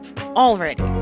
Already